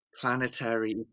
planetary